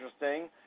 interesting